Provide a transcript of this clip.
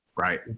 Right